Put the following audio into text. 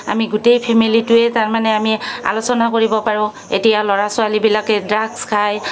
আমি গোটেই ফেমেলিটোৱে তাৰমানে আমি আলোচনা কৰিব পাৰোঁ এতিয়া ল'ৰা ছোৱালীবিলাকে ড্ৰাগছ খাই